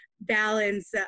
balance